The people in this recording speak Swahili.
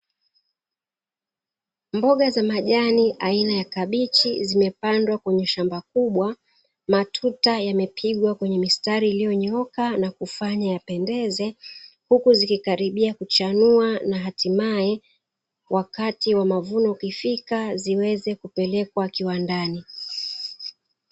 Mboga za majani aina ya kabichi zimepandwa kwenye shamba kubwa, matuta yamepigwa kwenye mistari iliyonyooka na kufanya yapendeze, huku zikikaribia kuchanua na hatimaye, wakati wa mavuno ukifika ziweze kupelekwa kiwandani.